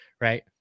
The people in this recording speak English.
right